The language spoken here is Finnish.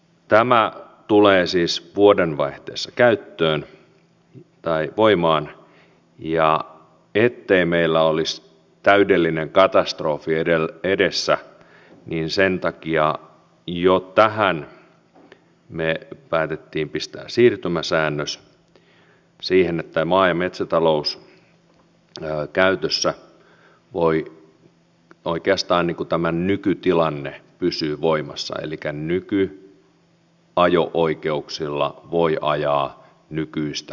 tämä tulee siis vuodenvaihteessa voimaan ja ettei meillä olisi täydellinen katastrofi edessä niin sen takia jo tähän me päätimme pistää siirtymäsäännöksen että maa ja metsätalouskäytössä voi oikeastaan tämä nykytilanne pysyä voimassa elikkä nykyajo oikeuksilla voi ajaa nykyistä kalustoa